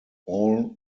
all